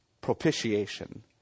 Propitiation